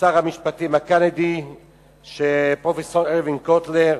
שר המשפטים הקנדי לשעבר, פרופסור ארווין קוטלר,